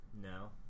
No